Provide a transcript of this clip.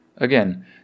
Again